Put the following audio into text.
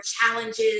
challenges